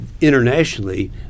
internationally